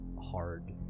hard